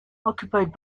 occupied